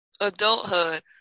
adulthood